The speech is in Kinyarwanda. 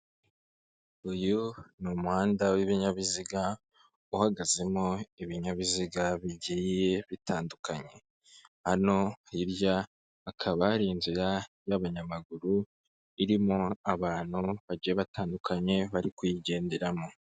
Uyu ni umuhanda w'ibinyabiziga uhagazemo ibinyabiziga bigiye bitandukanye, hano hirya hakaba hari inzira y'abanyamaguru irimo abantu bagiye batandukanye bari kuyigenderamo.